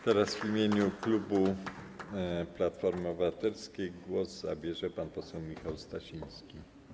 Teraz w imieniu klubu Platforma Obywatelska głos zabierze pan poseł Michał Stasiński.